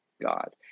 God